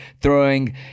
throwing